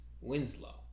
Winslow